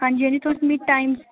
हांजी हांजी तुस मिगी टाइम